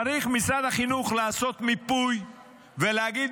צריך משרד החינוך לעשות מיפוי ולהגיד: